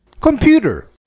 Computer